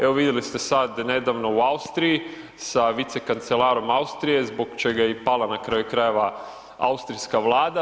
Evo vidjeli ste sada nedavno u Austriji sa vicekancelarom Austrije zbog čega je i pala na kraju krajeva austrijska Vlada.